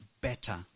better